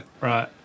Right